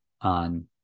on